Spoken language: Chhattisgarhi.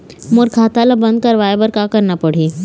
मोर खाता ला बंद करवाए बर का करना पड़ही?